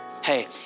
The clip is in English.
Hey